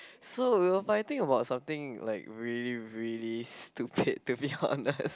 so we were fighting about something like really really stupid to be honest